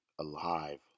alive